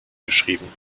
geschrieben